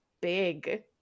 big